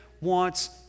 wants